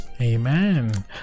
amen